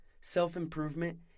self-improvement